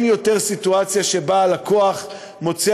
לא תהיה יותר הסיטואציה שבה הלקוח מוצא